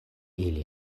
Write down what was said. ili